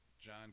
John